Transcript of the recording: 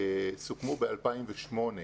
שסוכמו ב-2008.